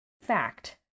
fact